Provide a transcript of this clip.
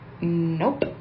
nope